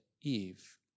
Eve